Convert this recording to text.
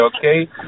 okay